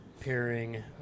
pairing